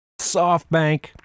SoftBank